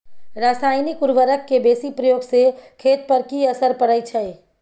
रसायनिक उर्वरक के बेसी प्रयोग से खेत पर की असर परै छै?